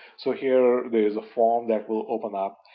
so here there's a form that will open up,